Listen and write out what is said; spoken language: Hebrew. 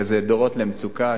וזה דורות למצוקה,